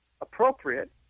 appropriate